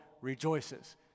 rejoices